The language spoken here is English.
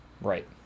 right